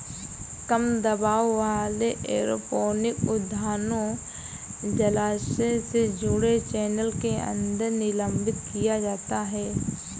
कम दबाव वाले एरोपोनिक उद्यानों जलाशय से जुड़े चैनल के अंदर निलंबित किया जाता है